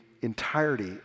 entirety